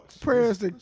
Prayers